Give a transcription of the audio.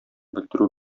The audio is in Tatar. белдерү